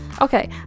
okay